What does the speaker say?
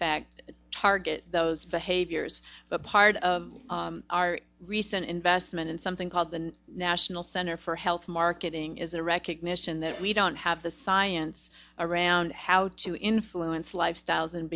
fact target those behaviors a part of our recent investment in something called the national center for health marketing is a recognition that we don't have the science around how to influence lifestyles and